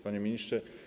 Panie Ministrze!